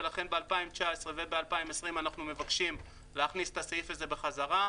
ולכן ב-2019 וב-2020 אנחנו מבקשים להכניס את הסעיף הזה חזרה.